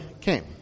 came